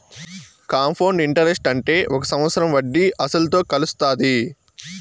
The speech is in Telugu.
కాంపౌండ్ ఇంటరెస్ట్ అంటే ఒక సంవత్సరం వడ్డీ అసలుతో కలుత్తాది